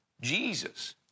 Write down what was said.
Jesus